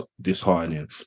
disheartening